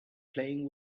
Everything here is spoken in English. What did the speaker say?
playing